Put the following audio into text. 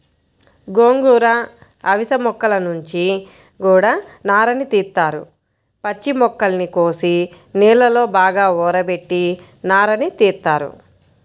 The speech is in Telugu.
గోంగూర, అవిశ మొక్కల నుంచి గూడా నారని తీత్తారు, పచ్చి మొక్కల్ని కోసి నీళ్ళలో బాగా ఊరబెట్టి నారని తీత్తారు